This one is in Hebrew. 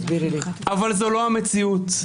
אבל זאת לא המציאות,